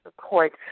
support